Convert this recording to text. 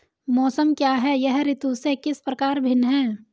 मौसम क्या है यह ऋतु से किस प्रकार भिन्न है?